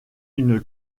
une